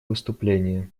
выступление